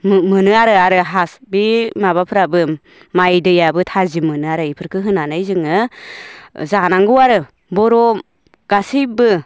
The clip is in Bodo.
मोनो आरो बे माबाफ्राबो माइ दैयाबो थाजिम मोनो आरो बेफोरखो होनानै जोङो जानांगौ आरो बर' गासैबो